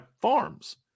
farms